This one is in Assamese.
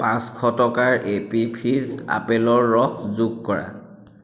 পাঁচশ টকাৰ এপী ফিজ আপেলৰ ৰস যোগ কৰা